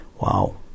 Wow